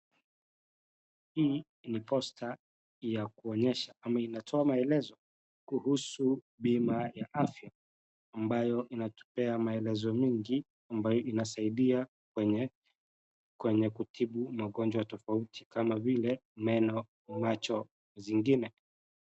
Hii ni poster ya kuonyesha ama inatoa malelezo kuhusu bima ya afya ambayo inatupea maelezo mingi ambayo inasaidia kwenye kutibu magonjwa tofauti kama vile meno, macho zingine.